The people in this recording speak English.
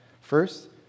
First